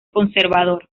conservador